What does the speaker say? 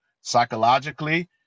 psychologically